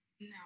No